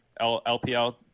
lpl